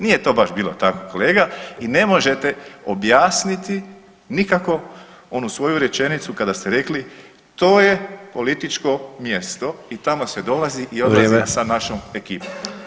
Nije to vaš bilo tako kolega i ne možete objasniti nikako onu svoju rečenicu kada ste rekli to je političko mjesto i tamo se dolazi i odlazi sa našom ekipom.